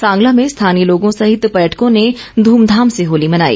सांगला में स्थानीय लोगों सहित पर्यटकों ने धूमधाम से होली मनाई